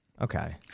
Okay